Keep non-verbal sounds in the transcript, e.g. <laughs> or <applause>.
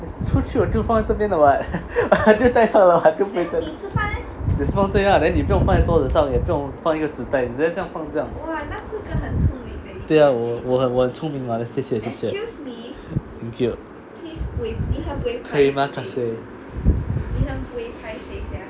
出去我就放在这边了 [what] <laughs> 我就带上了 [what] 就不会 <noise> 也是放这边啊 then 你不用放在桌子上也不用放一个纸袋直接就放这样对啊我很我很聪敏吗谢谢 thank you terima kasih